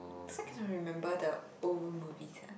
so cannot remember the old movies ah